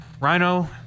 Rhino